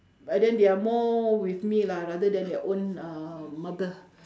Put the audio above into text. and then they are more with me lah rather than their own uh mother